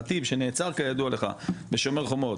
חטיב שנעצר כידוע לך בשומר חומות,